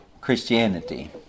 Christianity